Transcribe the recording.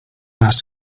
last